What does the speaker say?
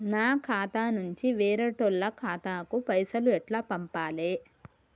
నా ఖాతా నుంచి వేరేటోళ్ల ఖాతాకు పైసలు ఎట్ల పంపాలే?